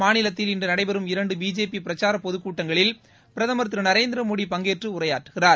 மாநிலத்தில் இன்று நடைபெறும் இரண்டு பிஜேபி பிரச்சார பொதுக் கூட்டங்களில் பிரதமர் திரு நரேந்திர மோடி பங்கேற்று உரையாற்றுகிறார்